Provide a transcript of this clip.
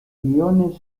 guiones